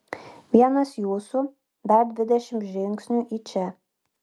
vienas jūsų dar dvidešimt žingsnių į čia